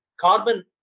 carbon